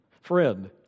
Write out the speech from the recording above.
friend